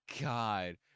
God